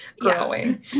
growing